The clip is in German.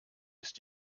ist